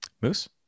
moose